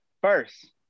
first